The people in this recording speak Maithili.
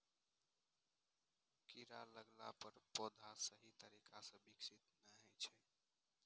कीड़ा लगला पर पौधाक सही तरीका सं विकास नै होइ छै